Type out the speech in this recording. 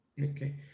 Okay